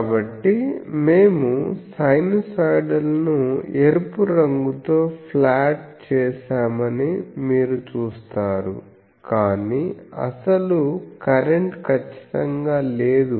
కాబట్టిమేము సైనోసోయిడల్ను ఎరుపు రంగుతో ప్లాట్ చేశామని మీరు చూస్తారు కానీ అసలు కరెంట్ ఖచ్చితంగా లేదు